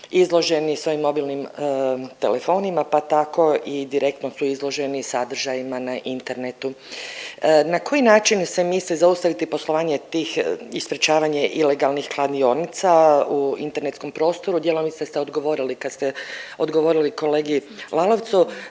izloženi svojim mobilnim telefonima, pa tako i direktno su izloženi sadržajima na internetu. Na koji način se misli zaustaviti poslovanje tih i sprečavanje ilegalnih kladionica u internetskom prostoru, djelomice ste odgovorili kad ste odgovorili kolegi Lalovcu.